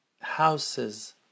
houses